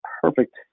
perfect